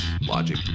logic